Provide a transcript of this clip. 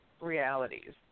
realities